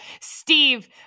Steve